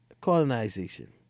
colonization